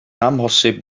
amhosib